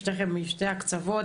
שניכם משני הקצוות,